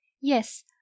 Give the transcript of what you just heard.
Yes